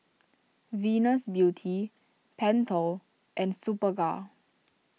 Venus Beauty Pentel and Superga